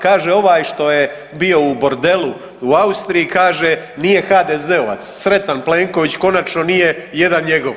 Kaže: „Ovaj što je bio u bordelu u Austriji“, kaže: „nije HDZ-ovac.“ Sretan Plenković, konačno nije jedan njegov.